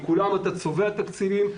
לכולם אתה צובע תקציבים,